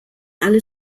alle